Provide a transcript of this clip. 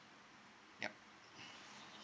yup